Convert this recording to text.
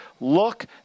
look